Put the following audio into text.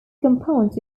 compounds